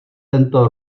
tento